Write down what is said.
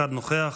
אחד נוכח.